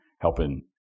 helping